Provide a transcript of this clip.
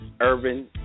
Urban